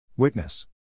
Witness